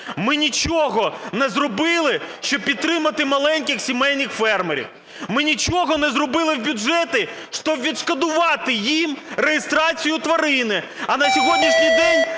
Ми нічого не зробили, щоб підтримати маленьких сімейних фермерів. Ми нічого не зробили в бюджеті, щоб відшкодувати їм реєстрацію тварини. А на сьогоднішній день